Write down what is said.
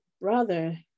brother